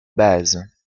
bases